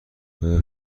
آیا